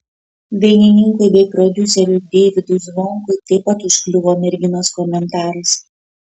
dainininkui bei prodiuseriui deivydui zvonkui taip pat užkliuvo merginos komentaras